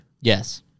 Yes